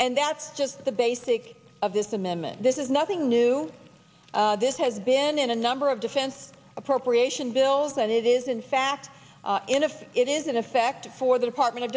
and that's just the basics of this amendment this is nothing new this has been in a number of defense appropriation bills that it is in fact in effect it is in effect for the department of